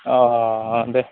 अ दे